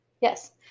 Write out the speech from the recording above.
Yes